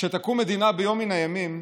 "כשתקום מדינה ביום מן הימים",